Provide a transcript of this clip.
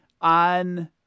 on